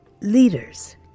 leaders